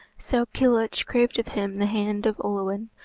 so kilhuch craved of him the hand of olwen,